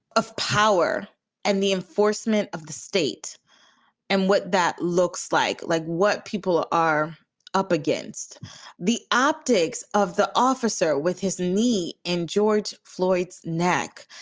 of power and the enforcement of the state and what that looks like like what people are up against the optics of the officer with his knee in george floyd's neck.